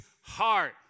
heart